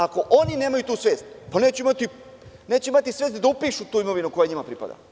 Ako oni nemaju tu svest, neće imati svest ni da upišu tu imovinu koja njima pripada.